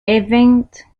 event